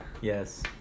yes